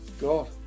God